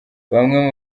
bamwe